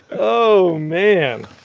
oh, man.